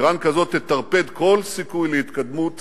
אירן כזאת תטרפד כל סיכוי להתקדמות